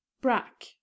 Brack